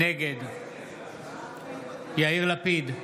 נגד יאיר לפיד,